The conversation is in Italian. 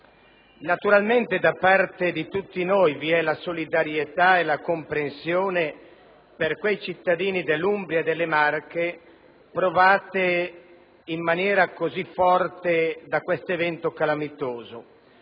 Naturalmente tutti noi esprimiamo solidarietà e comprensione per quei cittadini dell'Umbria e delle Marche provati in maniera così forte dall'evento calamitoso